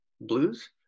blues